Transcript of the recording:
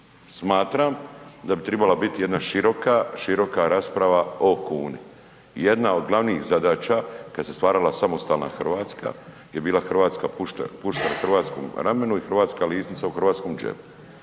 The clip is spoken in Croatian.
Smatram da bi tribala biti jedna široka rasprava o kuni. Jedna od glavnih zadaća kada se stvarala samostalna Hrvatska je bila puška na hrvatskom ramenu i hrvatska lisnica u hrvatskom džepu.